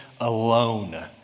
alone